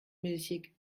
milchig